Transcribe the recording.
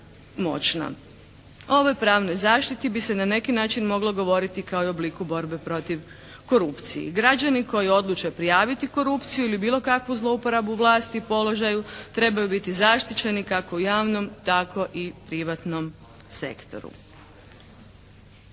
ovoj pravnoj zaštiti bi se na neki način moglo govoriti kao i o obliku borbe protiv korupcije. Građani koji odluče prijaviti korupciju ili bilo kakvu zlouporabu vlasti, položaju trebaju biti zaštićeni kako u javnom tako i u privatnom sektoru.